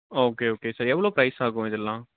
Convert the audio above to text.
okay okay sir எவ்வளோ price ஆகும் இதெல்லாம்